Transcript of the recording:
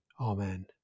Amen